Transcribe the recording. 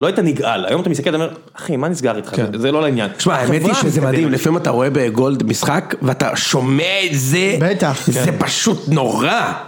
לא היית נגעל, היום אתה מסתכל ת'אומר, אחי מה נסגר איתך, כן זה לא לעניין. תשמע האמת היא שזה מדהים, לפעמים אתה רואה בגולד משחק ואתה שומע את זה, בטח, זה פשוט נורא.